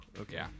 okay